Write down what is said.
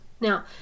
Now